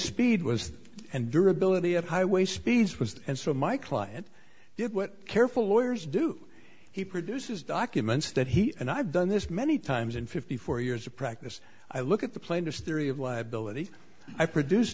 speed was and your ability at highway speeds was and so my client did what careful lawyers do he produces documents that he and i've done this many times in fifty four years of practice i look at the plaintiff's theory of liability i produce